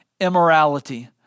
immorality